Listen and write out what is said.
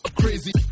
crazy